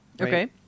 Okay